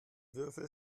würfel